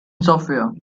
software